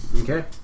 Okay